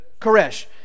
Koresh